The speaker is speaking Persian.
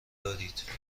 دارید